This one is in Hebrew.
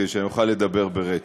כדי שאני אוכל לדבר ברצף.